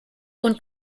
und